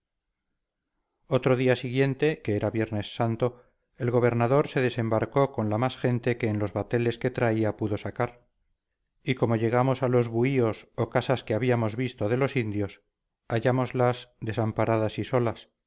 otro día siguiente que era viernes santo el gobernador se desembarcó con la más gente que en los bateles que traía pudo sacar y como llegamos a los buhíos o casas que habíamos visto de los indios hallámoslas desamparadas y solas